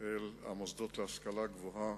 אל המוסדות להשכלה גבוהה